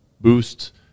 boost